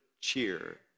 cheer